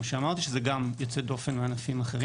שזה גם יוצא דופן מענפים אחרים.